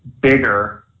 bigger